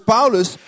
Paulus